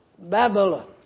Babylon